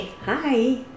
Hi